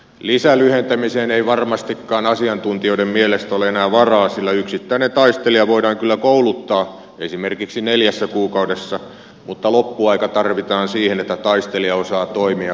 lisälyhentämiseen ei varmastikaan asiantuntijoiden mielestä ole enää varaa sillä yksittäinen taistelija voidaan kyllä kouluttaa esimerkiksi neljässä kuukaudessa mutta loppuaika tarvitaan siihen että taistelija osaa toimia osana joukkoa